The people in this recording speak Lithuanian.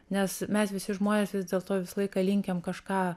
nes mes visi žmonės vis dėl to visą laiką linkę kažką